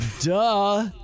Duh